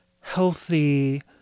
healthy